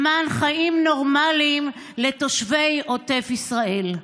למען חיים נורמליים לתושבי עוטף ישראל.